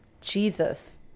Jesus